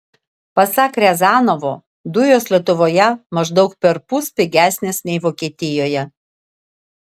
pasak riazanovo dujos lietuvoje maždaug perpus pigesnės nei vokietijoje